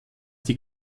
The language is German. die